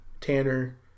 Tanner